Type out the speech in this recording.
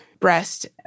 breast